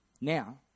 Now